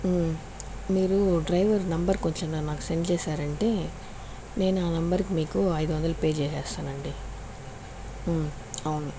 మీరు driver number కొంచెం నాకు సెండ్ చేసారంటే నేను ఆ నెంబర్కి మీకు ఐదు వందలు పే చేసేస్తానండి అవును